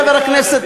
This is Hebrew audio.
חבר הכנסת,